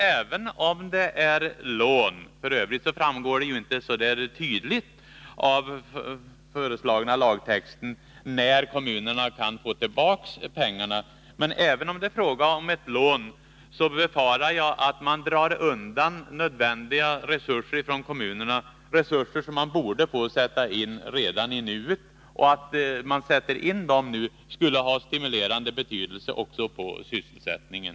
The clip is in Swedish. Även om det är fråga om ett lån — det framgår f. ö. inte så tydligt av den föreslagna lagtexten när kommunerna skall få tillbaka pengarna — befarar jag att man drar nödvändiga resurser från kommunerna, resurser som borde få sättas in redan nu. Om de sätts in nu, skulle det ha stimulerande betydelse också för sysselsättningen.